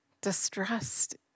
Distressed